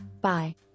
Bye